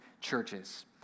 churches